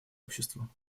обществу